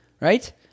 Right